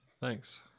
Thanks